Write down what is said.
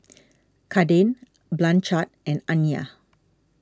Kaden Blanchard and Aniyah